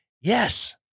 Yes